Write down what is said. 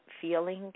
feeling